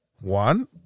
one